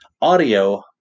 audio